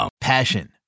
Passion